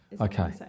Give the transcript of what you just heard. Okay